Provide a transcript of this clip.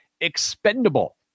expendable